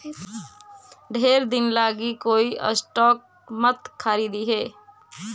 ढेर दिन लागी कोई स्टॉक मत खारीदिहें